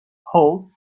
holds